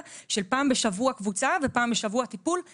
של קבוצה פעם בשבוע וטיפול פעם בשבוע.